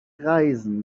reisen